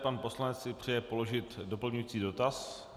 Pan poslanec si přeje položit doplňující dotaz.